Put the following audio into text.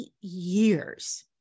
years